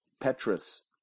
Petrus